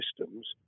systems